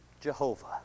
Jehovah